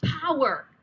power